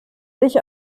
dich